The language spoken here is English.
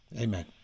Amen